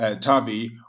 Tavi